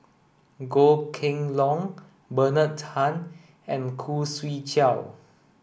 Goh Kheng Long Bernard Tan and Khoo Swee Chiow